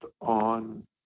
on